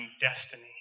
destiny